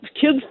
kids